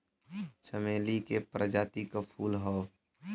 चमेली के प्रजाति क फूल हौ